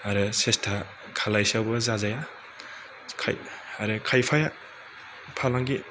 आरो सेसता खालायसेआवबो जाजाया आरो खायफाया फालांगि